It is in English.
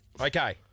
Okay